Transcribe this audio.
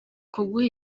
kuguha